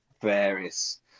various